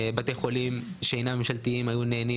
בתי חולים שאינם ממשלתיים היו נהנים